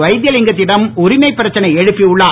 வைத்திலிங்கத்திடம் உரிமைப் பிரச்சனை எழுப்பி உள்ளார்